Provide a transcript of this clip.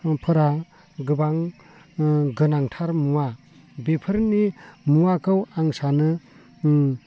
गोबां गोनांथार मुवा बेफोरनि मुवाखौ आं सानो